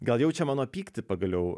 gal jaučia mano pyktį pagaliau